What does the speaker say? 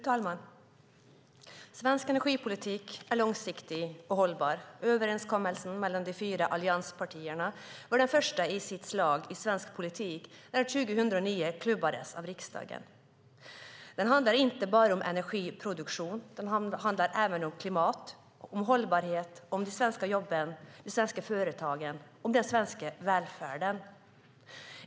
Fru talman! Svensk energipolitik är långsiktig och hållbar. Överenskommelsen mellan de fyra allianspartierna var den första i sitt slag i svensk politik när den 2009 klubbades av riksdagen. Den handlar inte bara om energiproduktion, utan även om klimat, hållbarhet, de svenska jobben, de svenska företagen och den svenska välfärden.